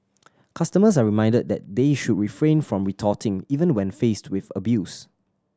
customers are reminded that they should refrain from retorting even when faced with abuse